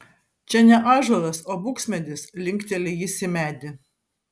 čia ne ąžuolas o buksmedis linkteli jis į medį